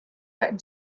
that